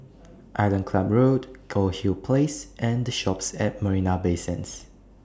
Island Club Road Goldhill Place and The Shoppes At Marina Bay Sands